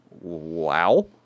wow